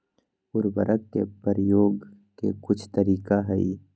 उरवरक के परयोग के कुछ तरीका हई